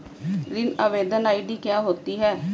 ऋण आवेदन आई.डी क्या होती है?